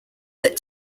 that